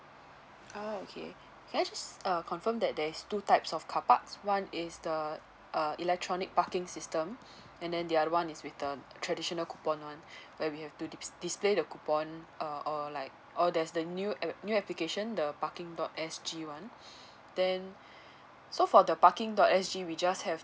ah okay can I just uh confirm that there's two types of carparks one is the uh electronic parking system and then the other one is with the traditional coupon one where we have to dis~ display the coupon uh or like or there's the new a~ new application the parking dot S G one then so for the parking dot S G we just have